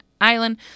island